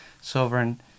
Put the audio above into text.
sovereign